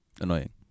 Annoying